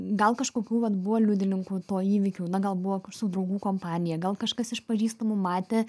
gal kažkokių vat buvo liudininkų to įvykių na gal buvo su draugų kompanija gal kažkas iš pažįstamų matė